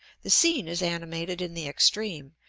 the scene is animated in the extreme,